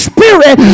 Spirit